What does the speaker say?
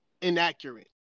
inaccurate